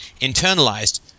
internalized